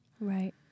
Right